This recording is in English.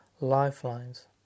Lifelines